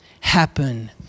happen